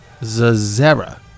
Zazera